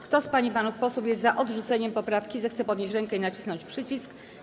Kto z pań i panów posłów jest za odrzuceniem 1. poprawki, zechce podnieść rękę i nacisnąć przycisk.